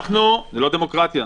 זה לא דמוקרטיה,